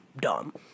Dumb